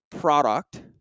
product